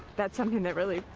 that's something that really,